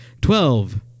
Twelve